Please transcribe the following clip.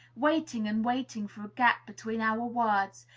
waiting and waiting for a gap between our words,